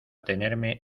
tenerme